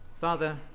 Father